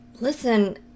listen